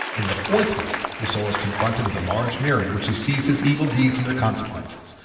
in the fourth week the soul is confronted with a large mirror in which he sees his evil deeds and their consequences,